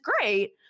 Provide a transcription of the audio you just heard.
great